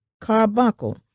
carbuncle